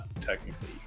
technically